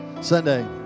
Sunday